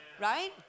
Right